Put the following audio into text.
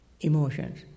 emotions